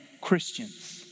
Christians